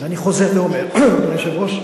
חוזר ואומר, אדוני היושב-ראש,